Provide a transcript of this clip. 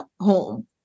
home